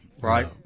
right